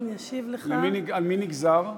על מי נגזר?